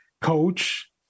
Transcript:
coach